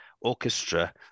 orchestra